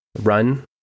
run